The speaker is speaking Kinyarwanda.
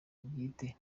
bwite